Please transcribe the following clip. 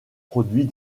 produit